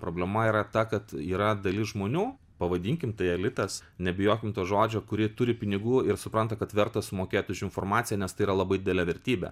problema yra ta kad yra dalis žmonių pavadinkim tai elitas nebijokim to žodžio kuri turi pinigų ir supranta kad verta sumokėti už informaciją nes tai yra labai didelė vertybė